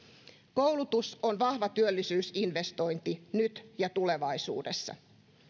koulutus on vahva työllisyysinvestointi nyt ja tulevaisuudessa